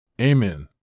Amen